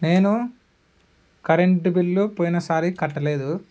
నేను current bill పోయినసారి కట్టలేదు